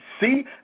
see